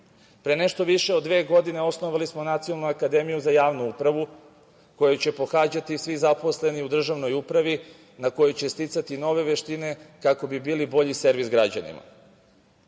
nešto više od dve godine osnovali smo Nacionalnu akademiju za javnu upravu koju će pohađati svi zaposleni u državnoj upravi, a na kojoj će sticati nove veštine kako bi bili bolji servis građanima. Povećavali